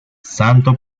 santo